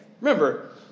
remember